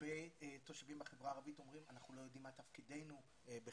הרבה תושבים בחברה הערבית אומרים שהם לא יודעים מה תפקידם בחירום.